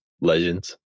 Legends